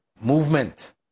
movement